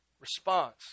Response